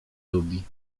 lubi